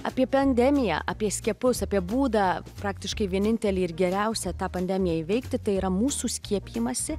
apie pandemiją apie skiepus apie būdą praktiškai vienintelį ir geriausią tą pandemiją įveikti tai yra mūsų skiepijimąsi